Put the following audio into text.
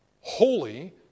holy